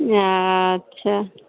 अच्छा